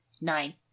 nine